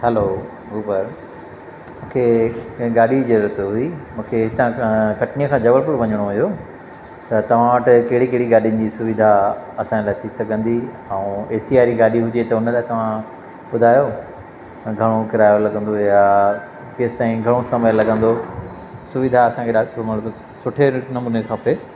हलो Uber मूंखे गाॾी जी जरूअत हुई मूंखे हितां खां कटनीअ खां जबलपुर वञिणो हुयो त तव्हां वटि कहिड़ी कहिड़ी गाॾिनि जी सुविधा असांजे लाइ थी सघंदी ऐं ए सी वारी गाॾी हूंदी त उन लाइ तव्हां ॿुधायो घणो किरायो लॻंदो या केंसि ताईं घणो समय लॻंदो सुविधा असांखे ॾाढ सुम्हण सुठे नमूने खपे